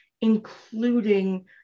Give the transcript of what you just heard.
including